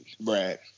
Brad